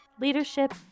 leadership